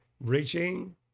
Reaching